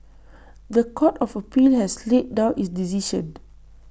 The Court of appeal has laid down its decision